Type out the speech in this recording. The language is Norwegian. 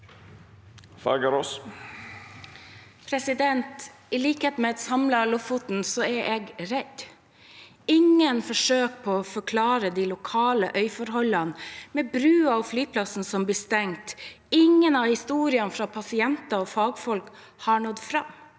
Fagerås (SV) «I likhet med et sam- la Lofoten er jeg redd. Ingen forsøk på å forklare de lokale forholdene, med brua og flyplassen som blir stengt, og ingen av historiene fra pasienter og fagfolk har nådd fram: